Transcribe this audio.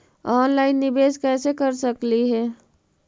Online निबेस कैसे कर सकली हे?